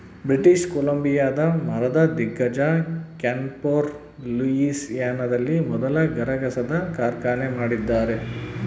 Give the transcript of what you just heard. British ಕೊಲಂಬಿಯಾದ ಮರದ ದಿಗ್ಗಜ ಕ್ಯಾನ್ಫೋರ್ ಲೂಯಿಸಿಯಾನದಲ್ಲಿ ಮೊದಲ ಗರಗಸದ ಕಾರ್ಖಾನೆ ಮಾಡಿದ್ದಾರೆ